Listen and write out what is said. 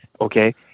Okay